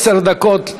עשר דקות לרשותך,